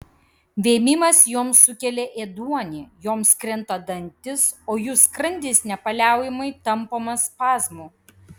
vėmimas joms sukelia ėduonį joms krenta dantys o jų skrandis nepaliaujamai tampomas spazmų